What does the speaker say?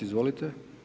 Izvolite.